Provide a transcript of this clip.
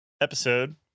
episode